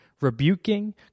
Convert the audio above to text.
rebuking